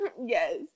yes